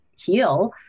heal